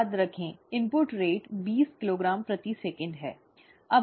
याद रखें इनपुट दर बीस किलोग्राम प्रति सेकंड है